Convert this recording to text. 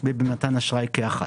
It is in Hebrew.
ובמתן אשראי כאחת.